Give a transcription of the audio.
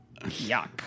Yuck